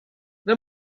they